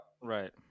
Right